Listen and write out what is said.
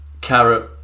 carrot